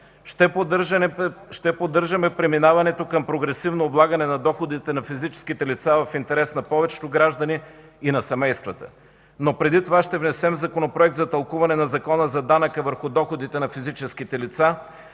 Ще поддържаме преминаването към прогресивно облагане на доходите на физическите лица в интерес на повечето граждани и на семействата. Преди това обаче ще внесем Законопроект за тълкуване на Закона за данъка върху доходите на физическите лица,